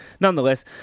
Nonetheless